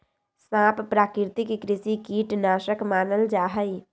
सांप प्राकृतिक कृषि कीट नाशक मानल जा हई